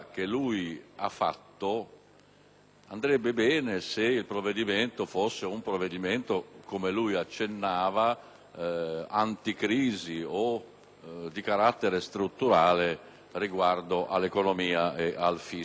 andrebbe bene se il provvedimento fosse, come lui accennava, anticrisi o di carattere strutturale riguardo all'economia e al fisco. Ciò non è.